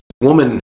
woman